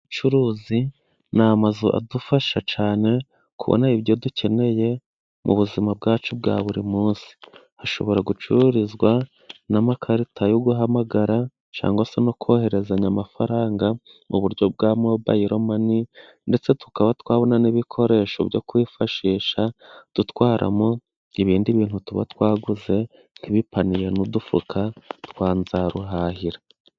Ubucuruzi ni amazu adufasha cyane kubona ibyo dukeneye mu buzima bwacu bwa buri munsi. Hashobora gucururizwa n'amakarita yo guhamagara cyangwa se no kohererezanya amafaranga mu buryo bwa mobayiromani, ndetse tukaba twabona n'ibikoresho byo kwifashisha dutwaramo ibindi bintu tuba twaguze nk'ibipaniye n'udufuka twa nzaruhahira.